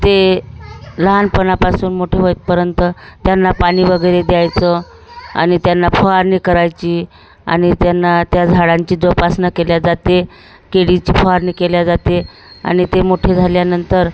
ते लहानपणापासून मोठे होईपर्यंत त्यांना पाणी वगैरे द्यायचं आणि त्यांना फवारणी करायची आणि त्यांना त्या झाडांची जोपासना केल्या जाते केळीची फवारणी केल्या जाते आणि ते मोठे झाल्यानंतर